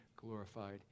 glorified